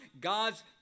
God's